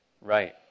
Right